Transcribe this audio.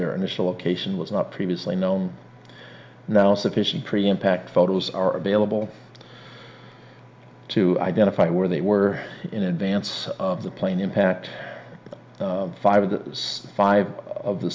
their initial location was not previously known now sufficient pre impact photos are available to identify where they were in advance of the plane impact five five